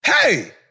Hey